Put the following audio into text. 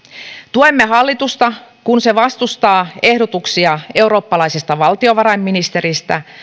tuemme hallitusta kun se vastustaa ehdotuksia eurooppalaisesta valtiovarainministeristä